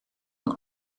een